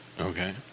Okay